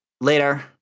later